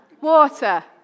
Water